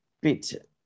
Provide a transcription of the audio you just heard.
bit